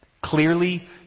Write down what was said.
Clearly